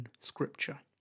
scripture